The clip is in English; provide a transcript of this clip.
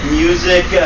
music